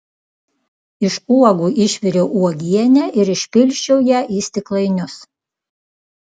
iš uogų išviriau uogienę ir išpilsčiau ją į stiklainius